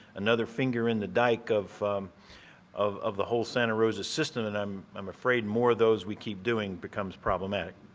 another finger in the dike of of of the whole santa rosa system and i'm i'm afraid more of those we keep doing becomes problematic.